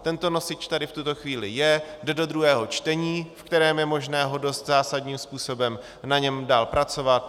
Tento nosič tady v tuto chvíli je, jde do druhého čtení, ve kterém je možné dost zásadním způsobem na něm dál pracovat.